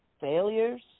failures